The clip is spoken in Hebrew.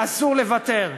אסור לוותר.